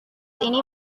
ini